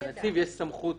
לנציב יש סמכות